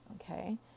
okay